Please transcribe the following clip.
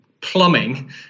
plumbing